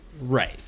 Right